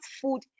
food